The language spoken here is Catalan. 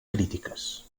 crítiques